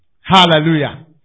Hallelujah